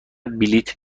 بلیط